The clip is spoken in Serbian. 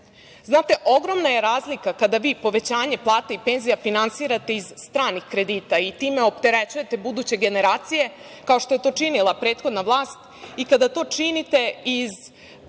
periodu. Ogromna je razlika kada vi povećanje plata i penzija finansirate iz stranih kredita i time opterećujete buduće generacije kao što je to činila prethodna vlast i kada to činite iz